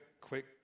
quick